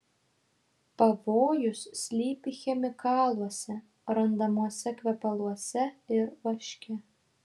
pavojus slypi chemikaluose randamuose kvepaluose ir vaške